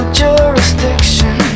jurisdiction